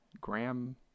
graham